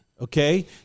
okay